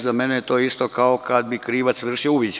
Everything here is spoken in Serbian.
Za mene je to isto kao kad bi krivac vršio uviđaj.